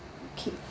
keep